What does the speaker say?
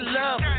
love